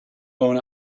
own